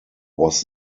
was